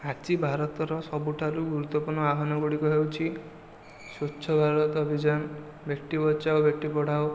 ଆଜି ଭାରତ ର ସବୁଠାରୁ ଗୁରୁତ୍ଵପୂର୍ଣ୍ଣ ଆହ୍ବାନ ଗୁଡ଼ିକ ହେଉଛି ସ୍ୱଚ୍ଛ ଭାରତ ଅଭିଯାନ ବେଟି ବଚାଓ ବେଟି ପଢାଓ